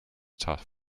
tough